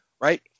right